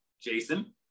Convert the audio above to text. Jason